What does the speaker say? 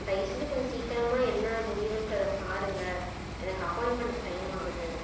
தயவு செஞ்சு கொஞ்சம் சீக்கரமாக என்ன முடிவுன்றதை பாருங்கள் எனக்கு அப்பாயின்மெண்ட்டுக்கு டைம் ஆகுது